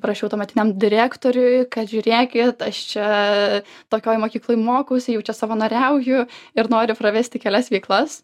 parašiau tuometiniam direktoriui kad žiūrėkit aš čia tokioj mokykloj mokausi jau čia savanoriauju ir noriu pravesti kelias veiklas